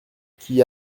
qui